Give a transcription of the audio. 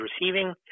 receiving